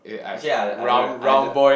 actually I I don't I don't